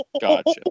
Gotcha